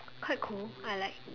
quite cool I like